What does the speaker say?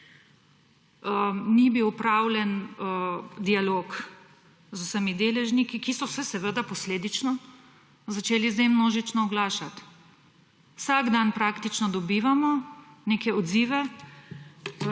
Ni bil opravljen dialog z vsemi deležniki, ki so se seveda posledično začeli zdaj množično oglašati. Vsak dan praktično dobivamo neke odzive.